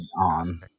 on